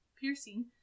piercing